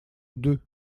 deux